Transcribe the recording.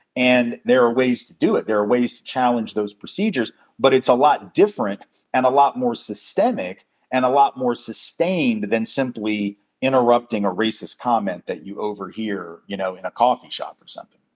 and there are ways to do it. there are ways to challenge those procedures. but it's a lot different and a lot more systemic and a lot more sustained than simply interrupting a racist comment that you overhear, you know, in a coffee shop or something.